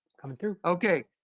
coming through. okay,